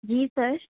जी sir